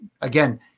again